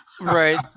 Right